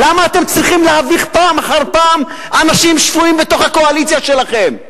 למה אתם צריכים להביך פעם אחר פעם אנשים שפויים בתוך הקואליציה שלכם,